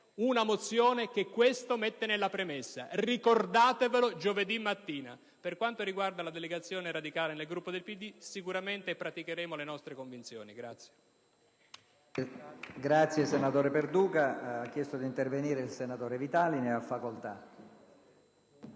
una mozione che questo prevede nella premessa; ricordatevelo giovedì mattina. Per quanto riguarda la delegazione radicale nel Gruppo del PD, sicuramente praticheremo le nostre convinzioni.